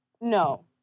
No